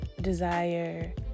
desire